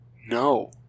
No